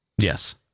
Yes